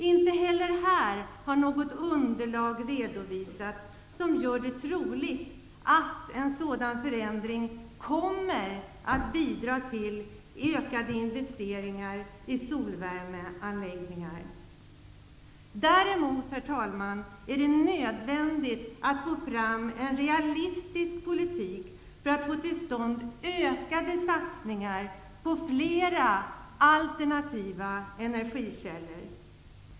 Inte heller här har något underlag redovisats som gör det troligt att en sådan förändring kommer att bidra till ökade investeringar i solvärmeanläggningar. Däremot, herr talman, är det nödvändigt att få fram en realistisk politik för att få till stånd ökade satsningar på flera alternativa energikällor.